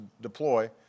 deploy